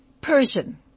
Persian